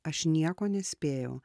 aš nieko nespėjau